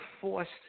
forced